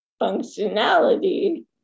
functionality